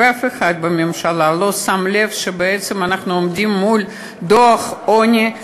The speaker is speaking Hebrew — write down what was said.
ואף אחד בממשלה לא שם לב שבעצם אנחנו עומדים מול דוח עוני,